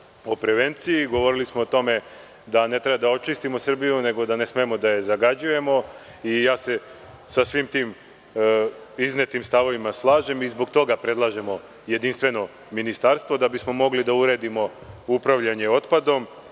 o prevenciji, govorili smo o tome da ne treba da očistimo Srbiju, nego da ne smemo da je zagađujemo i sa svim tim iznetim stavovima se slažem. Zbog toga predlažemo jedinstveno ministarstvo da bismo mogli da uredimo upravljanje otpadom,